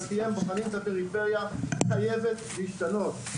פיהם בוחנים את הפריפריה חייבת להשתנות,